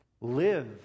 Live